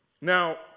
Now